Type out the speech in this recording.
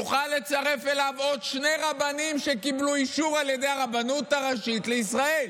יוכל לצרף אליו עוד שני רבנים שקיבלו אישור על ידי הרבנות הראשית לישראל